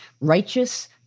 righteous